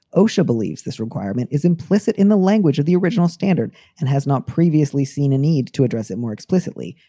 osha believes this requirement is implicit in the language of the original standard and has not previously seen a need to address it more explicitly.